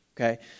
Okay